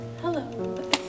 Hello